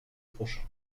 prochain